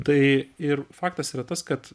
tai ir faktas yra tas kad